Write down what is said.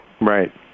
Right